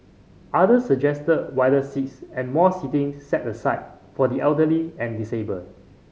others suggested wider seats and more seating set aside for the elderly and disabled